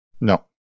no